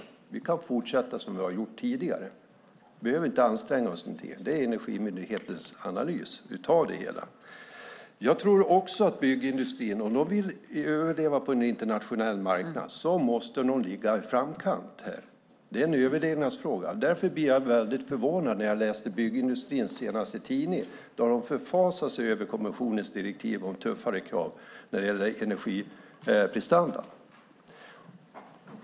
Vi kan fortsätta som vi har gjort tidigare. Vi behöver inte anstränga oss. Det är Energimyndighetens analys av det hela. Jag tror också att om byggindustrin vill överleva på en internationell marknad måste den ligga i framkant här. Det är en överlevnadsfråga. Därför blev jag väldigt förvånad när jag läste senaste numret av tidningen Byggindustrin. Där förfasar man sig över kommissionens direktiv om tuffare krav när det gäller energiprestanda.